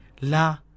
La